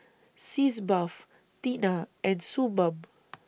Sitz Bath Tena and Suu Balm